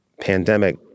pandemic